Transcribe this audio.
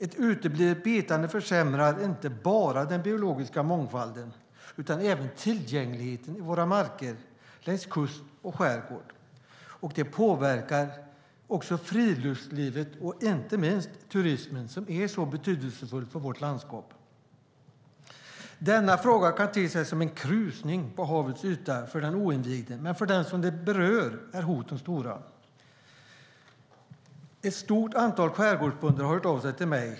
Ett uteblivet betande försämrar inte bara den biologiska mångfalden utan även tillgängligheten i våra marker längs kust och i skärgård. Det påverkar också friluftslivet och inte minst turismen, som är så betydelsefull för vårt landskap. Denna fråga kan te sig som en krusning på havets yta för den oinvigde, men för dem som det berör är hoten stora. Ett stort antal skärgårdsbönder har hört av sig till mig.